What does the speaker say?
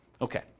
Okay